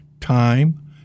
time